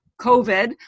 COVID